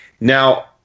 Now